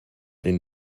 den